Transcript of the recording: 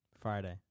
Friday